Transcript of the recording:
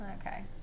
Okay